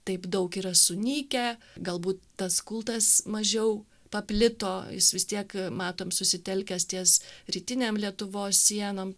taip daug yra sunykę galbūt tas kultas mažiau paplito jis vis tiek matom susitelkęs ties rytinėm lietuvos sienom